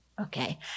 okay